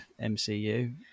MCU